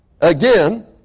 Again